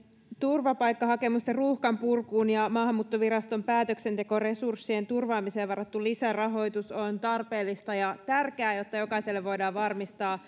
turvapaikkahakemusten ruuhkan purkuun ja maahanmuuttoviraston päätöksentekoresurssien turvaamiseen varattu lisärahoitus on tarpeellista ja tärkeää jotta jokaiselle voidaan varmistaa